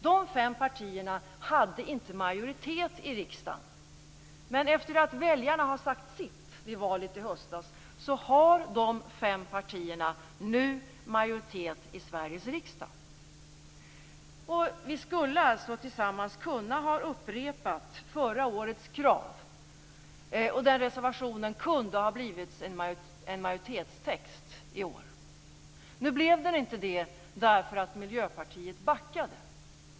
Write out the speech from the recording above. De fem partierna hade inte majoritet i riksdagen, men efter att väljarna hade sagt sitt i valet i höstas har de fem partierna nu majoritet i Sveriges riksdag. Vi skulle alltså tillsammans ha kunnat upprepa förra årets krav, och reservationen kunde ha blivit en majoritetstext i år. Nu blev den inte det, därför att Miljöpartiet backade.